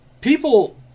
people